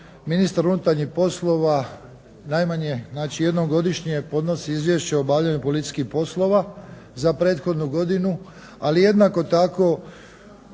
ministar unutarnjih poslova najmanje jednom godišnje podnosi izvješće o obavljanju policijskih poslova za prethodnu godinu, ali jednako tako